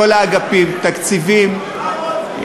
לכל האגפים: תקציבים,